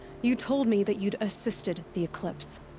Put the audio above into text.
you told me that you assisted the eclipse.